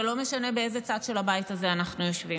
ולא משנה באיזה צד של הבית הזה אנחנו יושבים.